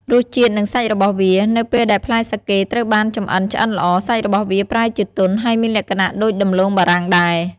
រសជាតិ និងសាច់របស់វា នៅពេលដែលផ្លែសាកេត្រូវបានចម្អិនឆ្អិនល្អ សាច់របស់វាប្រែជាទន់ ហើយមានលក្ខណៈដូចដំឡូងបារាំងដែរ។